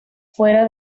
fuera